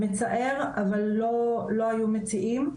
מצער, אבל לא היו מציעים.